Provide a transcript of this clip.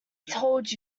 told